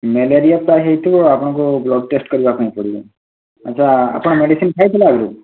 malaria ତ ହୋଇଥିବ ଆପଣଙ୍କୁ ବ୍ଲଡ଼୍ ଟେଷ୍ଟ କରିବା ପାଇଁ ପଡ଼ିବ ଆଚ୍ଛା ଆପଣ ମେଡ଼ିସିନ୍ ଖାଇଥିଲେ ଆଗରୁ